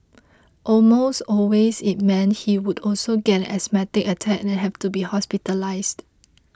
almost always it meant he would also get an asthmatic attack and have to be hospitalised